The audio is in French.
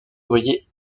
ouvrier